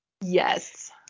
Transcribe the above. Yes